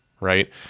Right